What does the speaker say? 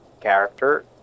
Character